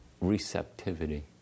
receptivity